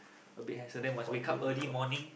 a bit hassle then must wake up early morning